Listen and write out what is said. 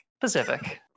Pacific